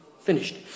finished